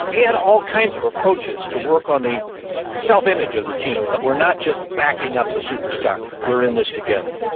he had all kinds of approaches to work on the self-image of the team that we're not just backing up the superstar. we're in this together.